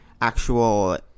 Actual